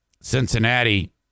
Cincinnati